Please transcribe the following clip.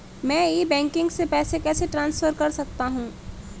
मैं e banking से पैसे कैसे ट्रांसफर कर सकता हूं?